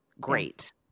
great